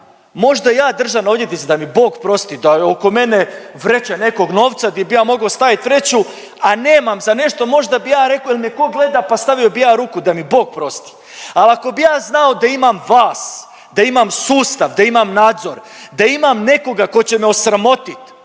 možda ja državna odvjetnice da mi Bog prosti, da je oko mene vreća nekog novca di bi ja mogao stavit vreću, a nemam za nešto, možda bi ja rekao jel me ko gleda, pa stavio bi i ja ruku da mi Bog prosti, al ako bi ja znao da imam vas, da imam sustav, da imam nadzor, da imam nekoga ko će me osramotit,